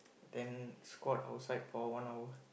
then squat outside for one hour